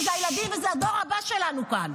כי זה הילדים וזה הדור הבא שלנו כאן.